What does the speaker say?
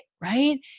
Right